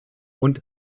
und